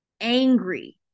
angry